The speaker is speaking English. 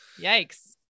Yikes